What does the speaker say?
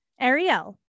Ariel